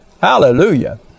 Hallelujah